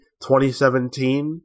2017